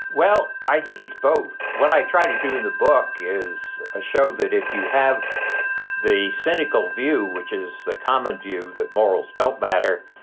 well, i think it's both. what i try to do in the book is a show that if you have the cynical view, which is a common view, that morals don't matter.